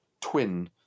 twin